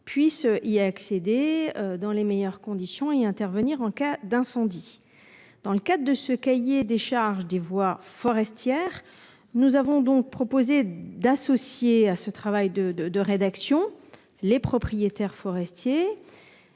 puisse y accéder dans les meilleures conditions et intervenir en cas d'incendie dans le cadre de ce cahier des charges des voies forestières. Nous avons donc proposé d'associer à ce travail de de de rédaction. Les propriétaires forestiers.